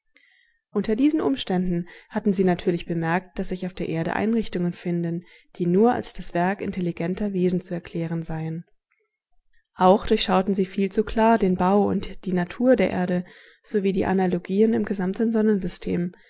unter diesen umständen hatten sie natürlich bemerkt daß sich auf der erde einrichtungen finden die nur als das werk intelligenter wesen zu erklären seien auch durchschauten sie viel zu klar den bau und die natur der erde sowie die analogien im gesamten